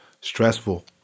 stressful